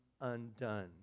undone